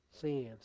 sins